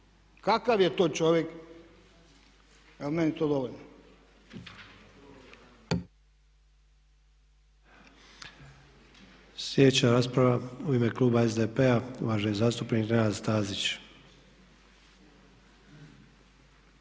Kakav je to čovjek? Evo, meni je to dovoljno.